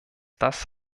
das